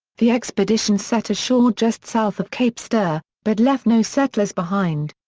the expedition set ashore just south of capesterre, but left no settlers behind.